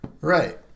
Right